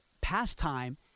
pastime